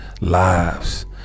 lives